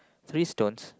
three stones